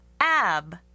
AB